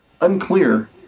unclear